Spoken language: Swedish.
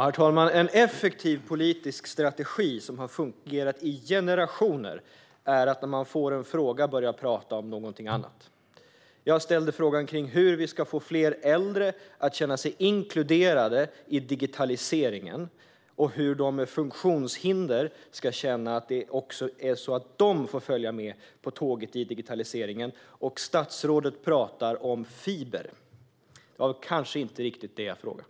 Herr talman! En effektiv politisk strategi som har fungerat i generationer är att när man får en fråga börja tala om något annat. Min fråga gällde hur vi ska få fler äldre att känna sig inkluderade i digitaliseringen och hur de med funktionshinder ska känna att de också får följa med på tåget, men statsrådet pratar om fiber. Det var kanske inte riktigt detta jag frågade